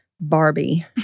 barbie